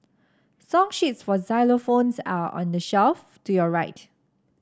song sheets for xylophones are on the shelf to your right